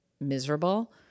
miserable